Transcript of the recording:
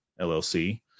LLC